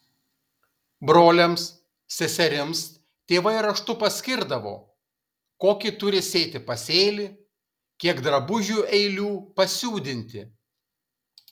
broliams seserims tėvai raštu paskirdavo kokį turi sėti pasėlį kiek drabužių eilių pasiūdinti